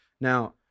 Now